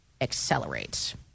accelerates